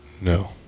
No